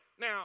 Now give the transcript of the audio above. now